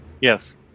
yes